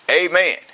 Amen